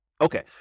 Okay